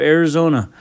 Arizona،